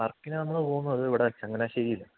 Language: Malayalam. വർക്കിന് നമ്മൾ പോവുന്നത് ഇവിടെ ചങ്ങനാശ്ശേരിയിലാണ്